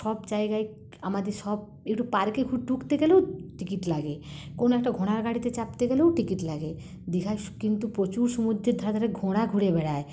সব জায়গায় আমাদের সব একটু পার্কে ঢুকতে গেলেও টিকিট লাগে কোন একটা ঘোড়ার গাড়িতে চাপতে গেলেও টিকিট লাগে দীঘায় কিন্তু প্রচুর সমুদ্রের ধারে ধারে ঘোড়া ঘুরে বেড়ায়